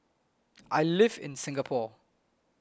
I live in Singapore